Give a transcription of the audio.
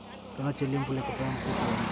ఋణ చెల్లింపుల యొక్క ప్రాముఖ్యత ఏమిటీ?